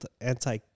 anti